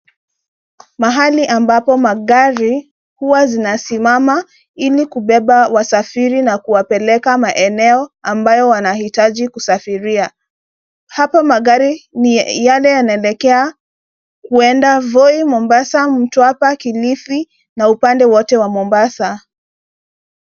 Mahali ambapo magari huwa zinasimama, ili kubeba wasafiri na kuwapeleka maeneo ambayo wanahitaji kusafiria. Hapa magari ni yale yanaelekea kuenda, Voi, Mombasa, Mtwapa, Kilifi , na upande wote wa Mombasa.